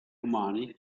umani